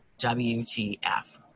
WTF